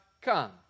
come